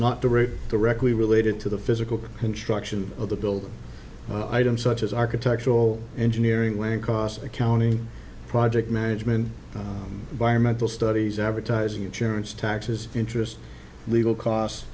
rate directly related to the physical construction of the building items such as architectural engineering lang cost accounting project management environmental studies advertising insurance taxes interest legal costs